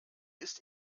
ist